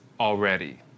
Already